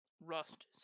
Rust